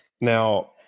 Now